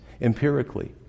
empirically